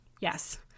yes